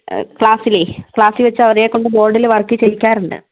ക്ലാസ്സിലേ ക്ലാസ്സിൽ വെച്ച് അവരെ കൊണ്ട് ബോർഡിൽ വർക്ക് ചെയ്യിക്കാറുണ്ട്